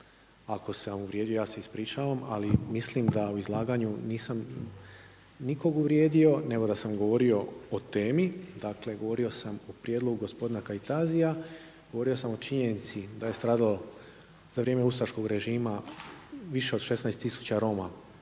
ako sam uvrijedio ja se ispričavam ali mislim da u izlaganju nisam nikog uvrijedio nego da sam govorio o temi, dakle govorio sam o prijedlogu gospodina Kajtazija, govorio sam o činjenici da je stradalo za vrijeme ustaškog režima više od 16 tisuća Roma